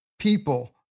people